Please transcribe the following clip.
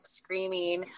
screaming